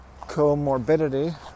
comorbidity